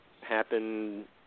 happen